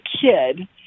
kid